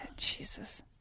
Jesus